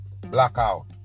blackout